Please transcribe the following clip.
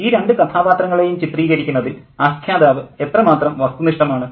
ഈ രണ്ട് കഥാപാത്രങ്ങളെയും ചിത്രീകരിക്കുന്നതിൽ ആഖ്യാതാവ് എത്രമാത്രം വസ്തുനിഷ്ഠമാണ്